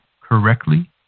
correctly